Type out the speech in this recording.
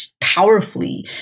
powerfully